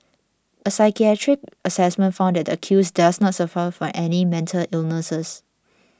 a psychiatric assessment found that the accused does not suffer from any mental illness